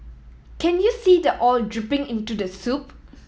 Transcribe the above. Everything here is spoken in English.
can you see the oil dripping into the soup